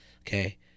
Okay